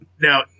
Now-